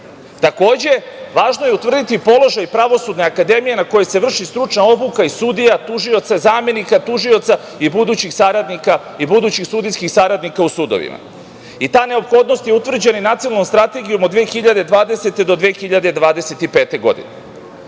važno je utvrditi položaj Pravosudne akademije na kojoj se vrši stručna obuka sudija, tužioca, zamenika tužioca i budućih sudijskih saradnika u sudovima. I ta neophodnost je utvrđena Nacionalnom strategijom od 2020. do 2025.